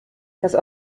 das